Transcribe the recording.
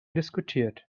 diskutiert